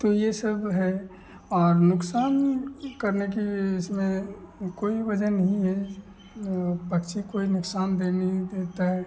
तो यह सब है और नुक़सान करने की इसमें कोई वज़ह नहीं है पक्षी कोई नुक़सानदेह नहीं देता है